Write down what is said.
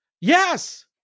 Yes